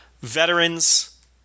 Veterans